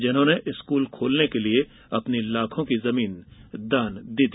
जिन्होंने स्कूल खोलने के लिये अपनी लाखों की जमीन दान दे दी